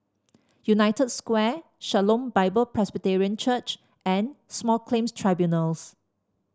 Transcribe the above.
United Square Shalom Bible Presbyterian Church and Small Claims Tribunals